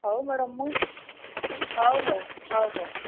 ହଉ ମ୍ୟାଡ଼ମ୍ ମୁଁ ହଉ ହଉ ହଉ ହଉ